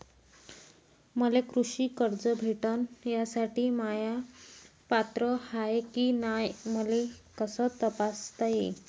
मले कृषी कर्ज भेटन यासाठी म्या पात्र हाय की नाय मले कस तपासता येईन?